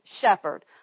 shepherd